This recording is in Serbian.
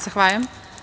Zahvaljujem.